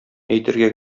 әйтергә